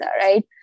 right